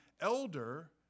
elder